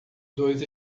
dois